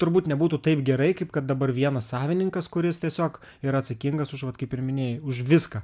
turbūt nebūtų taip gerai kaip kad dabar vienas savininkas kuris tiesiog yra atsakingas už vat kaip ir minėjai už viską